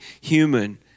human